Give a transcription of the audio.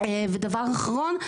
ודבר אחרון,